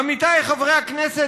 עמיתיי חברי הכנסת,